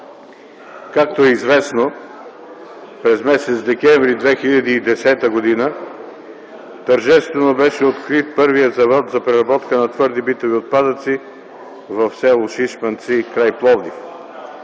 Както е известно, през м. декември 2009 г. тържествено беше открит първият завод за преработка на твърди битови отпадъци в с. Шишманци край Пловдив.